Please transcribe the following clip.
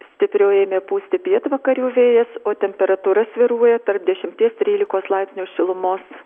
stipriau ėmė pūsti pietvakarių vėjas o temperatūra svyruoja tarp dešimties trylikos laipsnių šilumos